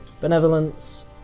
Benevolence